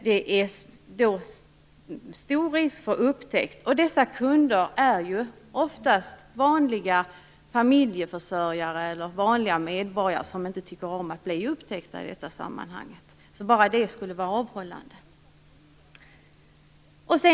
Det är då stor risk för upptäckt. Dessa kunder är ju oftast vanliga familjeförsörjare och vanliga medborgare som inte tycker om att bli upptäckta i detta sammanhang. Bara detta skulle göra att de avhöll sig från detta.